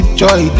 joy